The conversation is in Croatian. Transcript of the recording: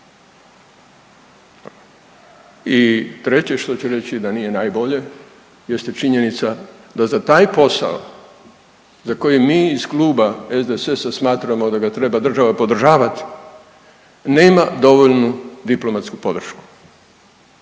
I treće što ću reći da nije najbolje jeste činjenica da za taj posao za koji mi iz Kluba SDSS-a smatramo da ga treba država podržavat nema dovoljnu diplomatsku podršku,